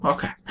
Okay